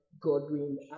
Godwin